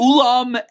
Ulam